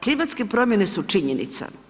Klimatske promjene su činjenica.